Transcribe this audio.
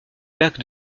lac